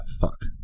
Fuck